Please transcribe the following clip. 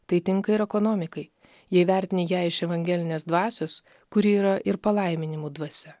tai tinka ir ekonomikai jei vertini ją iš evangelinės dvasios kuri yra ir palaiminimų dvasia